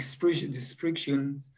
description